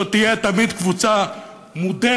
זאת תהיה תמיד קבוצה מודרת,